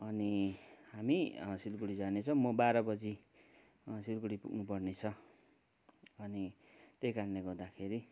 अनि हामी सिलगढी जानेछौँ म बाह्र बजी सिलगढी पुग्नुपर्नेछ अनि त्यही कारणले गर्दाखेरि